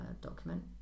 document